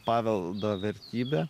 paveldo vertybė